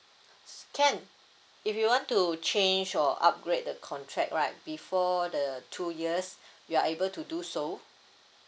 can if you want to change or upgrade the contract right before the two years you are able to do so